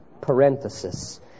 parenthesis